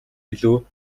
илүү